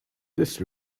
this